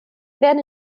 werden